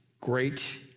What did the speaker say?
great